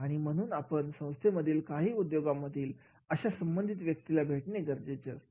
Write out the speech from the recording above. आणि म्हणून आपण संस्थेमधील किंवा उद्योगामधील अशा संबंधित व्यक्तीला भेटणे गरजेचे आहे